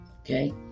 Okay